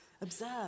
observe